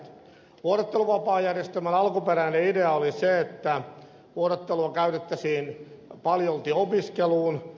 vuorotteluvapaajärjestelmän alkuperäinen idea oli se että vuorottelua käytettäisiin paljolti opiskeluun